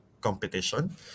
competition